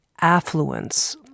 affluence